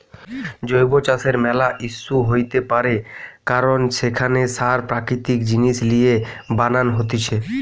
জৈব চাষের ম্যালা ইস্যু হইতে পারে কারণ সেখানে সার প্রাকৃতিক জিনিস লিয়ে বানান হতিছে